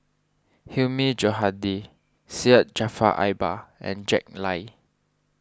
Hilmi Johandi Syed Jaafar Albar and Jack Lai